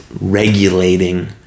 Regulating